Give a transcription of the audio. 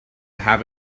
have